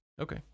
okay